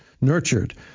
nurtured